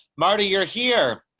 marty, you're here.